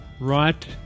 Right